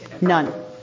None